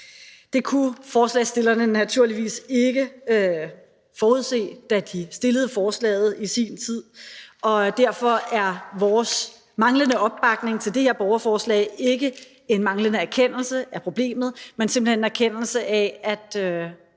Det kunne forslagsstillerne naturligvis ikke forudse, da de stillede forslaget i sin tid, og derfor er vores manglende opbakning til det her borgerforslag ikke udtryk for en manglende erkendelse af problemet, men simpelt hen for, at